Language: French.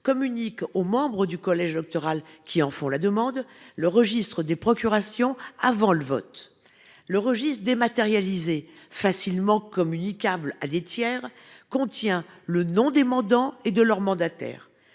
communique aux membres du collège électoral qui en font la demande le registre des procurations, avant le vote. Ce registre dématérialisé, facilement communicable à des tiers, contient les noms des mandants et de leurs mandataires.